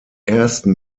ersten